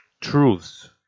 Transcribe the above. truths